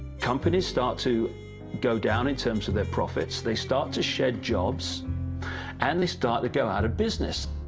companies start to go down in terms of their profits, they start to shed jobs and they start to go out of business.